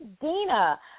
Dina